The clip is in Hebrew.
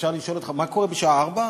אפשר לשאול אותך מה קורה בשעה 16:00?